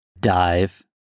Dive